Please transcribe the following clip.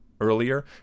earlier